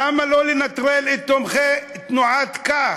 למה לא לנטרל את תומכי תנועת "כך",